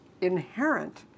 inherent